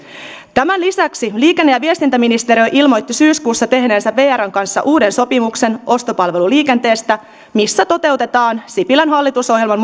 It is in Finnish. tämän lisäksi liikenne ja viestintäministeriö ilmoitti syyskuussa tehneensä vrn kanssa uuden sopimuksen ostopalveluliikenteestä missä toteutetaan sipilän hallitusohjelman